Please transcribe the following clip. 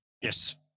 Yes